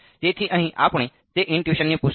તેથી અહીં આપણે તે ઇનટ્યુશનની પુષ્ટિ કરવા માંગીએ છીએ